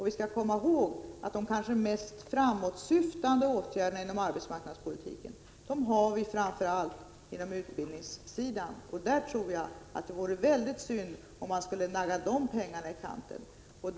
Vi skall komma ihåg att de kanske mest framåtsyftande åtgärderna inom arbetsmarknadspolitiken har vi framför allt på utbildningssidan. Jag tror att det vore mycket synd om man skulle nagga de pengarna i kanten.